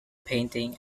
painting